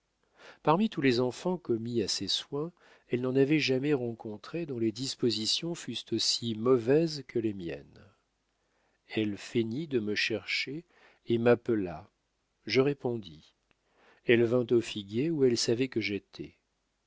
parmi tous les enfants commis à ses soins elle n'en avait jamais rencontré dont les dispositions fussent aussi mauvaises que les miennes elle feignit de me chercher et m'appela je répondis elle vint au figuier où elle savait que j'étais